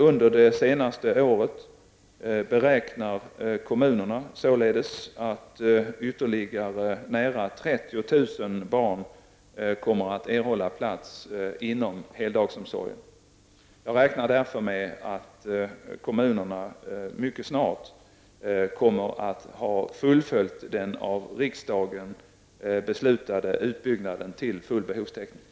Under det senaste året beräknar kommunerna således att ytterligare nära 30 000 barn kommer att erhålla plats inom heldagsomsorgen. Jag räknar därför med att kommunerna mycket snart kommer att ha fullföljt den av riksdagen beslutade utbyggnaden till full behovstäckning.